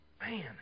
Man